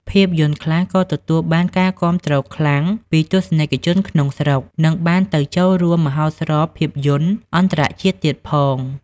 ភាពយន្តខ្លះក៏ទទួលបានការគាំទ្រខ្លាំងពីទស្សនិកជនក្នុងស្រុក និងបានទៅចូលរួមមហោស្រពភាពយន្តអន្តរជាតិទៀតផង។